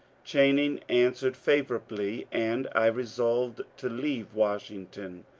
channing answered favourably, and i resolved to leave washington.